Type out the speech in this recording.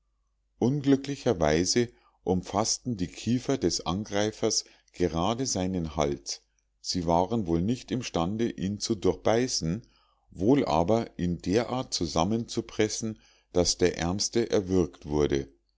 unglücklicherweise umfaßten die kiefer des angreifers gerade seinen hals sie waren wohl nicht imstande ihn zu durchbeißen wohl aber ihn derart zusammenzupressen daß der ärmste erwürgt wurde